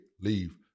leave